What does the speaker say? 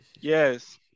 Yes